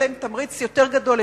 יהיה להן תמריץ יותר גדול,